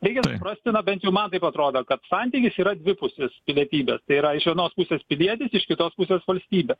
reikia suprasti na bent jau man taip atrodo kad santykis yra dvipusius pilietybės tai yra iš vienos pusės pilietis iš kitos pusės valstybė